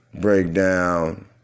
breakdown